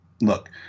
Look